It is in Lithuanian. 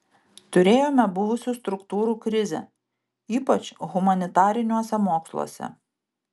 turėjome buvusių struktūrų krizę ypač humanitariniuose moksluose